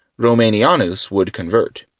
romanianus would convert.